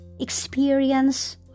experience